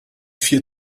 vier